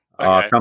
Come